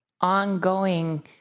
ongoing